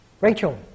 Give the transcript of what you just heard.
Rachel